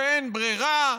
שאין ברירה.